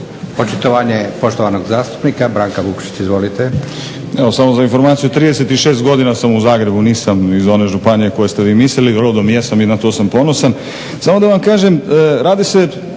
Branko (Hrvatski laburisti - Stranka rada)** Evo samo za informaciju 36 godina sam u Zagrebu, nisam iz one županije koju ste vi mislili, rodom jesam i na to sam ponosan. Samo da vam kažem, radi se,